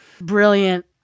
Brilliant